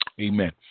Amen